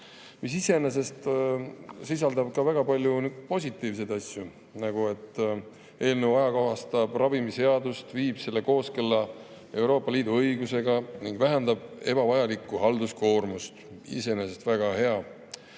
mis iseenesest sisaldab ka väga palju positiivseid asju, [näiteks], eelnõu ajakohastab ravimiseadust, viib selle kooskõlla Euroopa Liidu õigusega ning vähendab ebavajalikku halduskoormust. Iseenesest väga hea.